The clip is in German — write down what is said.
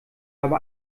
habe